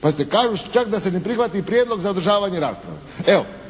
Pazite čak da se ne prihvati i prijedlog za održavanje rasprave.